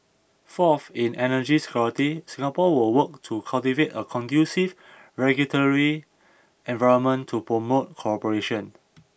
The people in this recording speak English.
fourth in energy security Singapore will work to cultivate a conducive regulatory environment to promote cooperation